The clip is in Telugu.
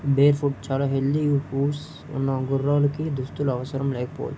బేర్ ఫూట్ చాలా హెల్దీ హూవ్స్ ఉన్న గుర్రాలకి దుస్తుల అవసరం లేకపోవచ్చు